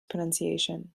pronunciation